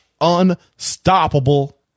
unstoppable